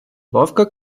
ловка